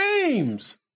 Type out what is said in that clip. games